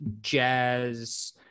jazz